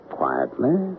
quietly